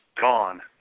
gone